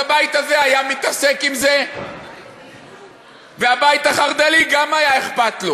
אז הבית הזה היה מתעסק עם זה והבית החרד"לי גם היה אכפת לו.